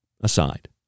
aside